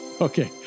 Okay